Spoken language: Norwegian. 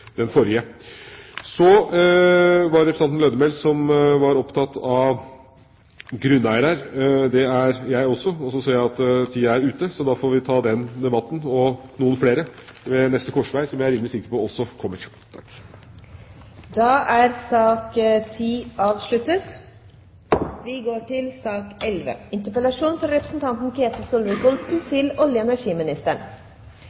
den forrige. Representanten Lødemel var opptatt av grunneiere. Det er jeg også – og nå ser jeg at tida er ute. Så da får vi ta den debatten, og noen flere, ved neste korsvei, som jeg er rimelig sikker på også kommer. Da er debatten i sak nr. 10 avsluttet.